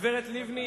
הגברת לבני,